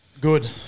Good